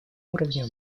уровне